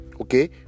Okay